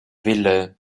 wille